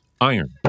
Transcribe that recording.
iron